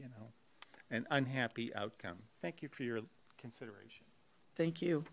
you know and unhappy outcome thank you for your consideration thank you